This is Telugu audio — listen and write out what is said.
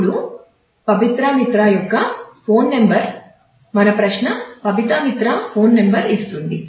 ఇప్పుడు పబిత్రా మిత్రా మన ప్రశ్న పబిత్రా మిత్రా ఫోన్ నంబర్ ఇస్తుంది